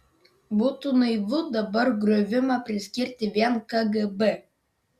būtų naivu dabar griovimą priskirti vien kgb